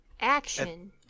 action